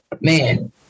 man